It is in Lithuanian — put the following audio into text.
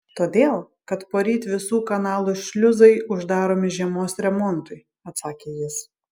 todėl kad poryt visų kanalų šliuzai uždaromi žiemos remontui atsakė jis